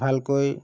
ভালকৈ